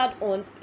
on